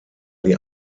die